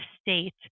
state